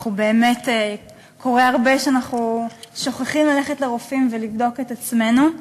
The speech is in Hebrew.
באמת קורה הרבה שאנחנו שוכחים ללכת לרופאים ולבדוק את עצמנו.